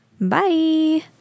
Bye